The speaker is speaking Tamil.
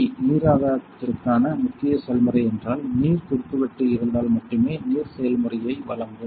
எல்டி நீராதாரத்திற்கான முக்கிய செயல்முறை என்றால் நீர் குறுக்குவெட்டு இருந்தால் மட்டுமே நீர் செயல்முறையை வழங்கும்